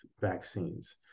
vaccines